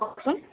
কওকচোন